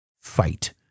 fight